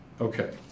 okay